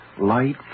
Light